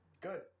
Good